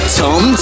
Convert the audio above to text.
tom